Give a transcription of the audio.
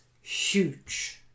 huge